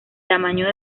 tamaño